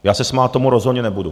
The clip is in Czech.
Já se smát tomu rozhodně nebudu!